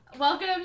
Welcome